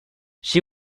she